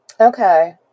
Okay